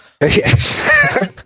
Yes